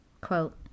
Quote